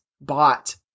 bought